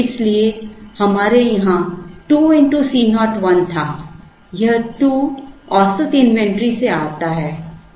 इसलिए हमारे यहां 2 x C 0 1 था यह 2 औसत इन्वेंट्री से आता है